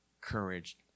courage